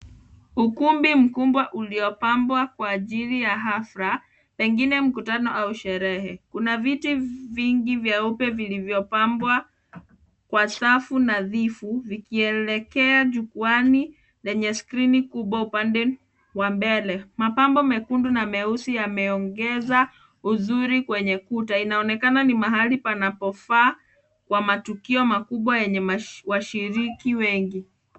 Ukumbi mkubwa uliopambwa kwa ajili ya hafla pengine mkutano au sherehe. Kuna viti vingi vyeupe vilivyopangwa kwa safu nadhifu vikielekea jukwaani yenye skrini kubwa upande wa mbele. Mapambo mekundu na meusi yameongeza uzuri kwenye kuta. Inaonekana ni mahali panapofaa kwa matukio makubwa yenye mash- washiriki wengi.